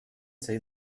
see